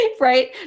Right